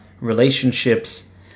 relationships